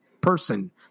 person